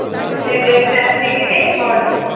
ତୁମେ ସେ ଡେଟ୍ରେ ଆସିକିରି ପହଞ୍ଚିବ